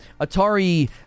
Atari